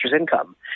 income